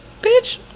bitch